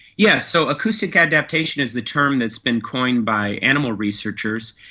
yes, so acoustic adaptation is the term that has been coined by animal researchers,